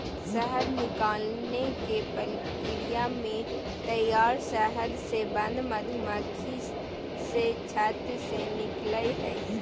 शहद निकालने के प्रक्रिया में तैयार शहद से बंद मधुमक्खी से छत्त से निकलैय हइ